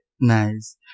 nice